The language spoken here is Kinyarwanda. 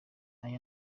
aya